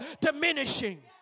diminishing